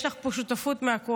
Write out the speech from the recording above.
יש לך פה שותפות מהכול,